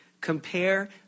compare